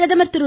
பிரதமர் திரு